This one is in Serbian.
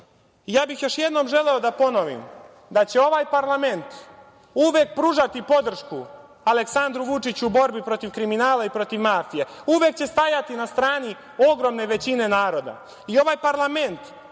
bih još jednom želeo da ponovim da će ovaj parlament uvek pružati podršku Aleksandru Vučiću u borbi protiv kriminala i protiv mafije, uvek će stajati na strani ogromne većine naroda. Ovaj parlament